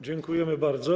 Dziękujemy bardzo.